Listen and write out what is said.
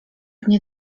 mnie